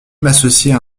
m’associer